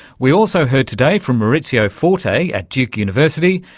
we also heard today from maurizio forte at duke university,